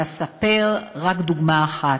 אספר רק דוגמה אחת.